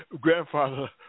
grandfather